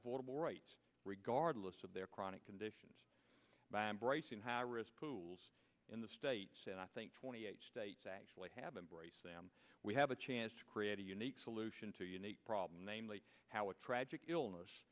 affordable right regardless of their chronic conditions by embracing harriss pools in the states and i think twenty eight states actually have embraced them we have a chance to create a unique solution to unique problem namely how a tragic illness